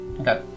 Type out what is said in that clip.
Okay